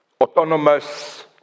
autonomous